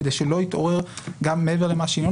כדי שלא יתעוררו שאלות.